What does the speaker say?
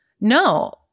No